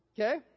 okay